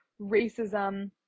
racism